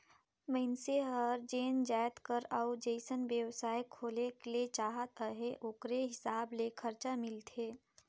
मइनसे हर जेन जाएत कर अउ जइसन बेवसाय खोले ले चाहत अहे ओकरे हिसाब ले खरचा मिलथे